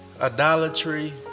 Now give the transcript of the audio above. idolatry